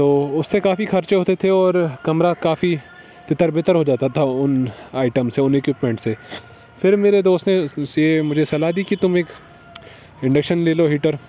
تو اس سے کافی خرچے ہوتے تھے اور کمرہ کافی تتر بتر ہو جاتا تھا ان آئٹم سے ان اکوپمنٹ سے پھر میرے دوست نے اس نے مجھے صلاح دی کہ تم ایک انڈکشن لے لو ہیٹر